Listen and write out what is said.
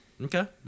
Okay